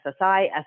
SSI